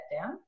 down